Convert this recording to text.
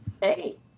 Hey